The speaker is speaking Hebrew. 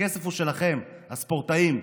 הכסף שלכם, הספורטאים.